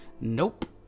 Nope